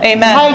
Amen